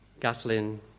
Gatlin